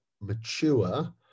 Mature